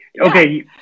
Okay